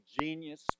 genius